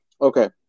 Okay